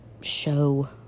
show